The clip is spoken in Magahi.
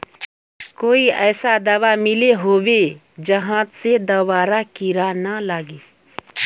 कोई ऐसा दाबा मिलोहो होबे जहा से दोबारा कीड़ा ना लागे?